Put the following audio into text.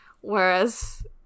whereas